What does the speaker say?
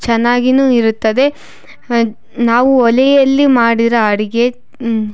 ಚೆನ್ನಾಗಿನೂ ಇರುತ್ತದೆ ನಾವು ಒಲೆಯಲ್ಲಿ ಮಾಡಿರೋ ಅಡಿಗೆ